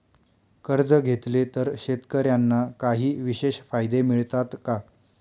कर्ज घेतले तर शेतकऱ्यांना काही विशेष फायदे मिळतात का?